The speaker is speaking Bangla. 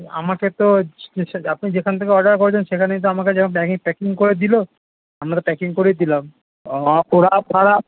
আমাকে তো জিনিসটা আপনি যেখান থেকে অর্ডার করেছেন সেখানেই তো আমাকে যেমন প্যাকিং প্যাকিং করে দিলো আমরা প্যাকিং করেই দিলাম ও পোড়া পাড়া